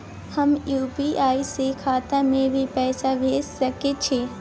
हम यु.पी.आई से खाता में भी पैसा भेज सके छियै?